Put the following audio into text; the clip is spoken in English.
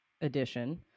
edition